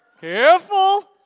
Careful